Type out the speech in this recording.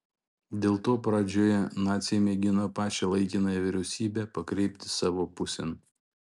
dėl to pradžioje naciai mėgino pačią laikinąją vyriausybę pakreipti savo pusėn